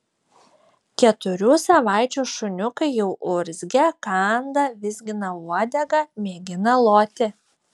keturių savaičių šuniukai jau urzgia kanda vizgina uodegą mėgina loti